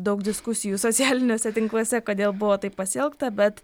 daug diskusijų socialiniuose tinkluose kodėl buvo taip pasielgta bet